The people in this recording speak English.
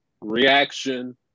reaction